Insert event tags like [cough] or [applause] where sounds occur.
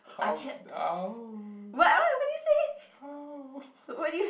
how how how [laughs]